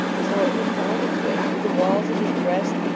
as though it would pound its way through the walls of his breast,